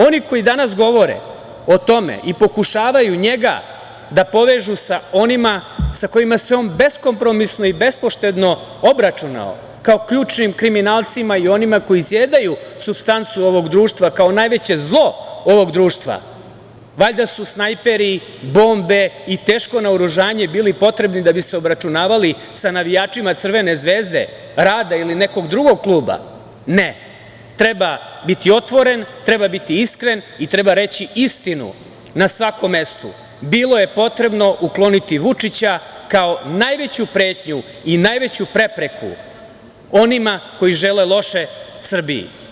Oni koji danas govore o tome i pokušavaju njega da povežu sa onima sa kojima se on beskompromisno i bespoštedno obračunao, kao ključnim kriminalcima i onima koji izjedaju supstancu ovog društva kao najveće zlo ovog društva, valjda su snajperi, bombe i teško naoružanje bili potrebni da bi se obračunavali sa navijačima Crvene zvezde, Rada ili nekog drugog kluba, ne, treba biti otvoren, treba biti iskren i treba reći istinu na svakom mestu - bilo je potrebno ukloniti Vučića kao najveću pretnju i najveću prepreku onima koji žele loše Srbiji.